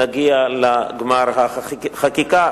נגיע לגמר החקיקה,